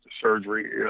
surgery